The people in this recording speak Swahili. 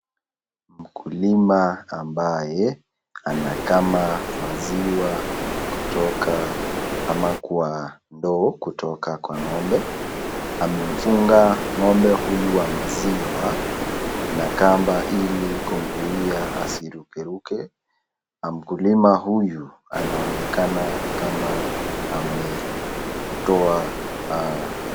Mkulima ambaye anakama maziwa kutoka ama kwa ndoo kutoka kwa ng'ombe. Amemfunga ng'ombe huyu wa maziwa na kamba ili kumzuia asiruke ruke. Mkulima huyu anaonekana kama ametoa.